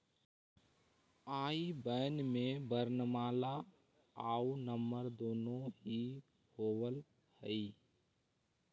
आई बैन में वर्णमाला आउ नंबर दुनो ही होवऽ हइ